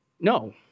No